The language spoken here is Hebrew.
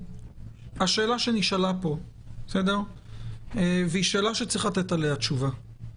השאלה שנשאלה פה היא שאלה שצריך לתת עליה תשובה.